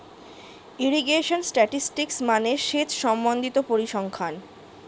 irrigation statistics মানে সেচ সম্বন্ধিত পরিসংখ্যান